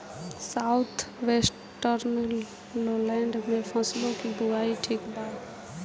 South western lowland में फसलों की बुवाई ठीक बा?